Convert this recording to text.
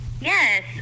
Yes